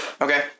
Okay